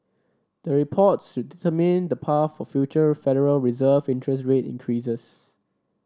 the reports should determine the path for future Federal Reserve interest rate increases